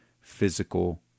physical